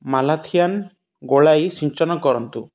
malathion ଗୋଳାଇ ସିଞ୍ଚନ କରନ୍ତୁ